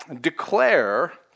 declare